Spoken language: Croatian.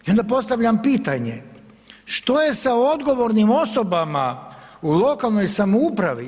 I onda postavljam pitanje, što je sa odgovornim osobama u lokalnoj samoupravi?